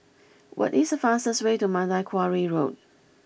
what is the fastest way to Mandai Quarry Road